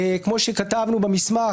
כמו שכתבנו במסמך,